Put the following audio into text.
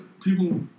People